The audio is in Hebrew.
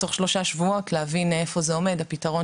תוך שלושה שבועות להבין איפה עומד הפתרון